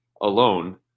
alone